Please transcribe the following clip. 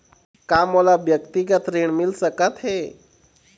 का मोला व्यक्तिगत ऋण मिल सकत हे?